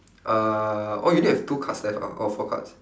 uh oh you only have two cards left ah or four cards